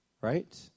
Right